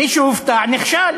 מי שהופתע, נכשל.